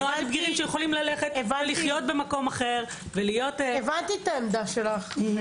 הבנתי את העמדה שלך.